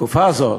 בתקופה זאת,